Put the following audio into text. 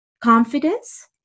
confidence